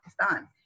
Pakistan